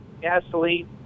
gasoline